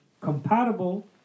compatible